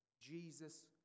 Jesus